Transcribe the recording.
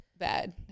Bad